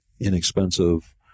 inexpensive